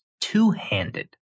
Two-handed